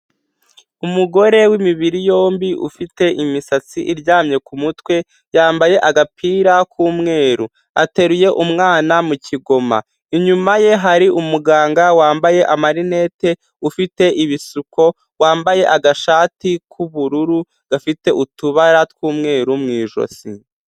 Umugore w'imibiri yombi ufite imisatsi iryamye ku mutwe, yambaye agapira k'umweru, ateruye umwana mu kigoma. Inyuma ye hari umuganga wambaye amarinete ufite ibisuko, wambaye agashati k'ubururu gafite utubara tw'umweru mu ijosi.